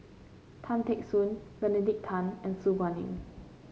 Tan Teck Soon Benedict Tan and Su Guaning